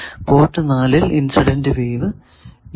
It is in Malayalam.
പോർട്ട് 4 ൽ ഇൻസിഡന്റ് വേവ് ഇല്ല